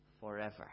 forever